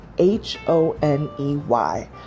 H-O-N-E-Y